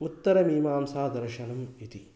उत्तरमीमांसादर्शनम् इति